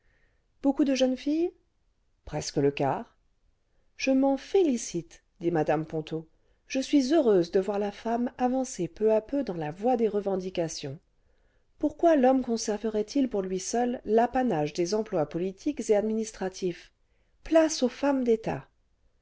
beaucoup de jeunes filles presque le quart je m'en félicite dit mple ponto je suis heureuse cle voir la femme avancer peu à peu dans la voie des revendications pourquoi l'homme conserverait il pour lui seul l'apanage des emplois politiques et administratifs place aux femmes d'état